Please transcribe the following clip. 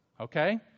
Okay